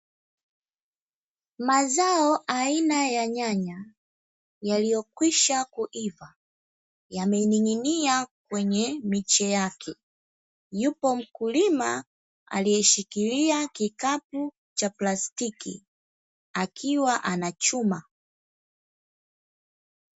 Mazao aina ya nyanya yaliyokwisha kuiva yamening'inia kwenye miche yake, yupo mkulima aliyeshikilia kikapu cha plastiki akiwa anachuma.